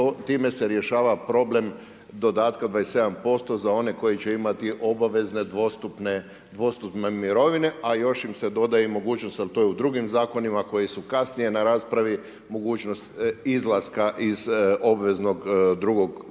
time se rješava problem dodatka 27% za one koji će imati obavezne dvostupne mirovine a još im se dodaje i mogućnost jer to je u drugim zakonima koji su kasnije na raspravi mogućnost izlaska iz obveznog drugog stupa.